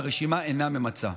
והרשימה אינה ממצה.